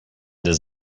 does